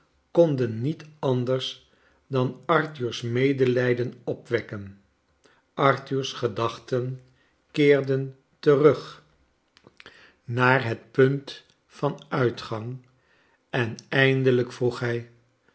konden niet anders dan arthur's medelijden opwekken arthur's gedachten keerden terug klei ne doimit naar het punt van uitgang en eindeijk vroeg hij